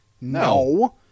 No